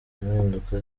impinduka